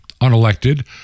unelected